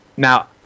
Now